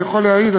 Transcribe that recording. אני יכול להעיד,